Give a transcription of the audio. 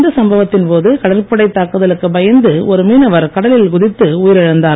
இந்த சம்பவத்தின் போது கடற்படை தாக்குதலுக்கு பயந்து ஒரு மீனவர் கடலில் குதித்து உயிர் இழந்தார்